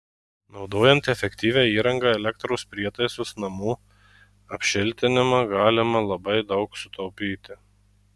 naudojant efektyvią įrangą elektros prietaisus namų apšiltinimą galima labai daug sutaupyti